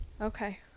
Okay